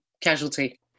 Casualty